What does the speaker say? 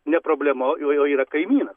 ne problema o o yra kaimynas